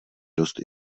dost